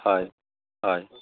হয় হয়